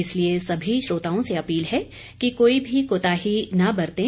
इसलिए सभी श्रोताओं से अपील है कि कोई भी कोताही न बरतें